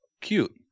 Cute